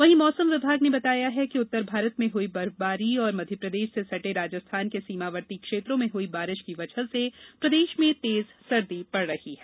वहीं मौसम विभाग ने बताया है कि उत्तर भारत में हुई बर्फबारी और मध्यप्रदेश से सटे राजस्थान के सीमावर्ती क्षत्रों में हुई बारिश की वजह से प्रदेश में तेज सर्दी पड़ रही है